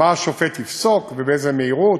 מה השופט יפסוק ובאיזה מהירות?